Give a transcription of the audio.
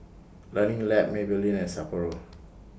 Learning Lab Maybelline and Sapporo